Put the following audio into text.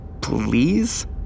please